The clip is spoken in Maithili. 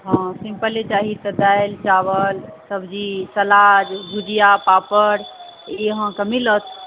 हँ सिम्पले चाही तऽ दालि चावल सब्जी सलाद भुजिआ पापड़ ई अहाँकेॅं मिलत